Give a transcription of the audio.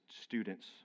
students